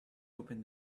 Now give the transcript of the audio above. open